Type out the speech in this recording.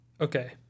Okay